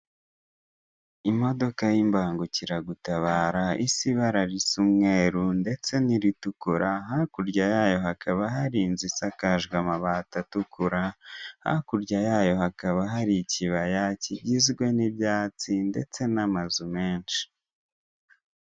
Imodoka y' imbangukiragutabara isa ibara risa umweru ndetse n' iritukura hakurya yayo hakaba hari inzu isakajwe amabati atukura, hakurya yayo hakaba hari ikibaya kigizwe n' ibyatsi ndetse n' amazu menshi.